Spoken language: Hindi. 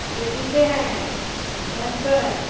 लेडीसे हैं जेंसों हैं